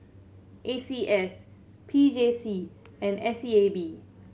A C S P J C and S E A B